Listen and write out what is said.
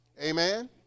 Amen